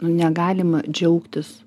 nu negalima džiaugtis